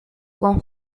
con